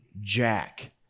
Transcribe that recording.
Jack